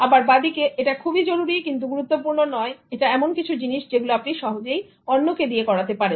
এবার বাঁদিকে এটা খুবই জরুরী কিন্তু গুরুত্বপূর্ণ নয় এটা এমন কিছু জিনিস যেগুলো আপনি সহজেই অন্যকে দিয়ে করাতে পারেন